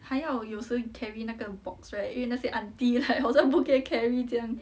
还要有时 carry 那个 box right 因为那些 aunty like 不可以 carry 这样